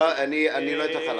אני לא אתן לך להפריע.